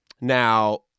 Now